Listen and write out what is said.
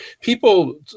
people